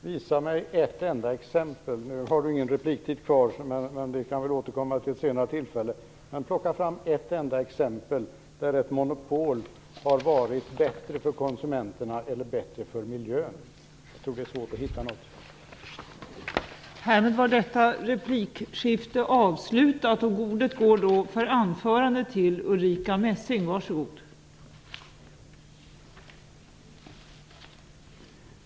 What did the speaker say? Fru talman! Elisa Abascal Reyes har nu ingen repliktid kvar, men hon kan återkomma vid ett senare tillfälle. Peka på ett enda exempel där ett monopol har varit bättre för konsumenterna eller bättre för miljön! Jag tror att det är svårt att hitta något sådant.